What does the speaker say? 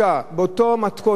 באותה מתכונת.